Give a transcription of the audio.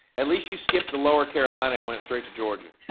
at least you skip the lower carolina and went straight to georgia.